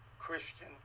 christian